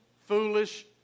foolish